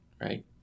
right